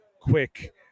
quick